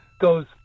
goes